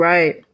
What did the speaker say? Right